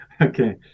Okay